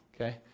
Okay